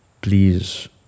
Please